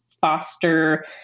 foster